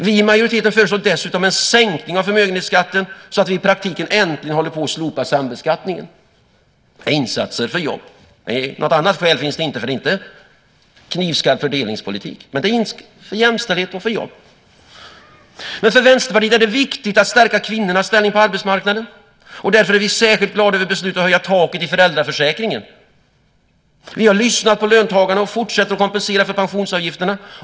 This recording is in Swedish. Vi i majoriteten föreslår dessutom en sänkning av förmögenhetsskatten så att vi i praktiken äntligen håller på att slopa sambeskattningen. Det är insatser för jobb. Något annat skäl finns det inte. Det handlar om knivskarp fördelningspolitik för jämställdhet och för jobb. För Vänsterpartiet är det viktigt att stärka kvinnornas ställning på arbetsmarknaden. Därför är vi särskilt glada över beslutet att höja taket i föräldraförsäkringen. Vi har lyssnat på löntagarna och fortsätter att kompensera för pensionsavgifterna.